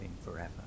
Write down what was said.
forever